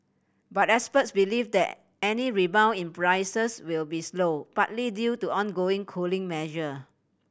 but experts believe that any rebound in prices will be slow partly due to ongoing cooling measure